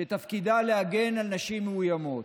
שתפקידה להגן על נשים מאוימות?